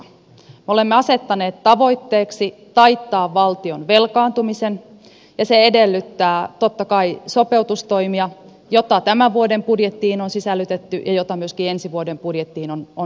me olemme asettaneet tavoitteeksi taittaa valtion velkaantumisen ja se edellyttää totta kai sopeutustoimia joita tämän vuoden budjettiin on sisällytetty ja joita myöskin ensi vuoden budjettiin on sisällytetty